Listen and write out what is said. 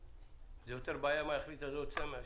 זה יותר בעיה מה יחליט הדוד סם.